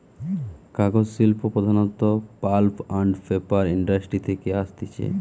কাগজ শিল্প প্রধানত পাল্প আন্ড পেপার ইন্ডাস্ট্রি থেকে আসতিছে